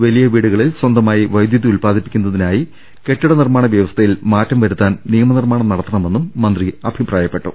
വലിയ വീടുക ളിൽ സ്വന്തമായി വൈദ്യുതി ഉൽപ്പാദിപ്പിക്കുന്നതിനായി കെട്ടിട നിർമ്മാണ വൃവസ്ഥയിൽ മാറ്റം വരുത്താൻ നിയമനിർമ്മാണം നട ത്തണമെന്നും മന്ത്രി അഭിപ്രായപ്പെട്ടു